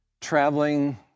traveling